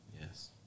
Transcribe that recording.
Yes